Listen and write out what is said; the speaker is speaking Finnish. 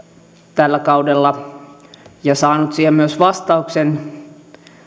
tällä kaudella ja saanut siihen myös vastauksen